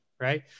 Right